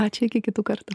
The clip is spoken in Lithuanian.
ačiū iki kitų kartų